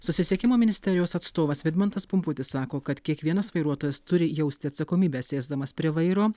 susisiekimo ministerijos atstovas vidmantas pumputis sako kad kiekvienas vairuotojas turi jausti atsakomybę sėsdamas prie vairo